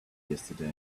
yesterday